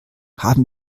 haben